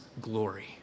glory